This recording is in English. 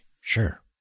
Sure